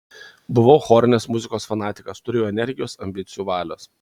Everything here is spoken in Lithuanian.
buvau chorinės muzikos fanatikas turėjau energijos ambicijų valios